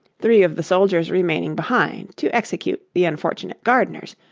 three of the soldiers remaining behind to execute the unfortunate gardeners,